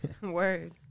Word